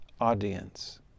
audience